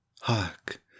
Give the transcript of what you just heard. hark